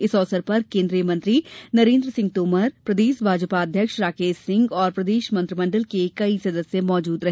इस अवसर पर केंद्रीय मंत्री नरेन्द्र सिंह तोमर प्रदेश भाजपा अध्यक्ष राकेश सिंह और प्रदेश मंत्रिमण्डल के कई सदस्य मौजूद रहे